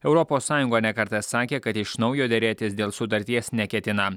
europos sąjunga ne kartą sakė kad iš naujo derėtis dėl sutarties neketina